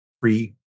free